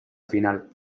final